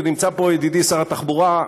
כי נמצא פה ידידי שר התחבורה,